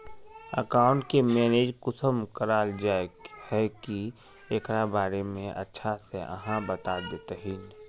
Account के manage कुंसम कराल जाय है की एकरा बारे में अच्छा से आहाँ बता देतहिन?